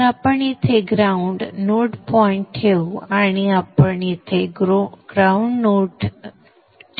तर आपण तेथे ग्राउंड नोड पॉइंट ठेवू आणि आपण येथे ग्राउंड नोड ठेवू